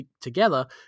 together